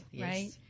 right